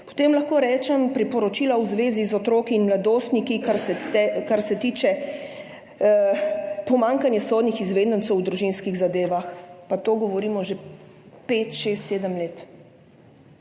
Potem lahko rečem nekaj glede priporočila v zvezi z otroki in mladostniki, kar se tiče pomanjkanja sodnih izvedencev v družinskih zadevah, pa to govorimo že pet, šest,